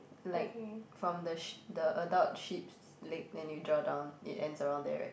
like from the sh~ the adult sheep's leg then you draw down it ends around there right